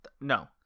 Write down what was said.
No